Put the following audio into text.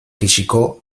fisiko